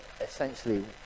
essentially